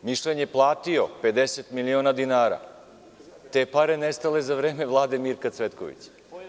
Mišlen“ je platio 50 miliona dinara, te pare nestale za vreme Vlade Mirka Cvetkovića.